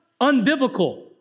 Unbiblical